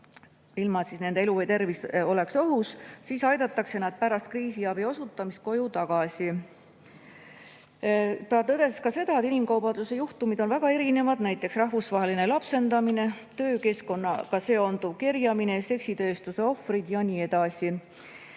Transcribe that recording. ilma et nende elu või tervis oleks ohus, siis aidatakse nad pärast kriisiabi osutamist koju tagasi. Ta tõdes ka seda, et inimkaubanduse juhtumid on väga erinevad, näiteks rahvusvaheline lapsendamine, töökeskkonnaga seonduv, kerjamine, seksitööstuse ohvriks [langemine]